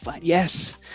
Yes